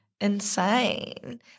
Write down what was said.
insane